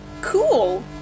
cool